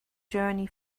journey